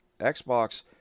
xbox